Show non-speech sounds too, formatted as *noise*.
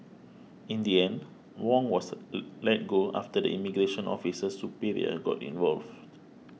in the end Wong was *noise* let go after the immigration officer's superior got involved